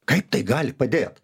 kaip tai gali padėt